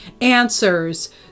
answers